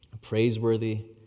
praiseworthy